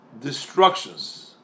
destructions